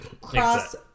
cross